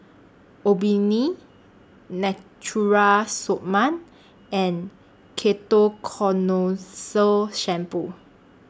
Obimin Natura Stoma and Ketoconazole Shampoo